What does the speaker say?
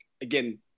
again